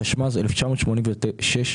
התשמ"ז-1966,